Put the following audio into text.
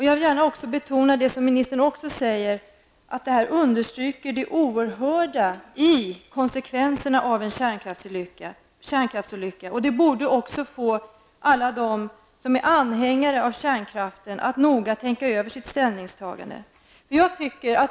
Jag vill också instämma i det som ministern sade, att detta understryker det oerhörda i konsekvenserna av en kärnkraftsolycka. Det borde få alla dem som är anhängare av kärnkraft att noga tänka över sitt ställningstagande.